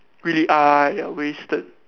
really !aiya! wasted